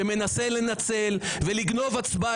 שמנסה לנצל ולגנוב הצבעה,